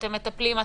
אתם מטפלים,